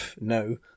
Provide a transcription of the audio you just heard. no